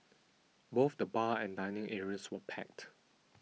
both the bar and dining areas were packed